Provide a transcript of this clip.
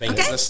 Okay